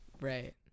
Right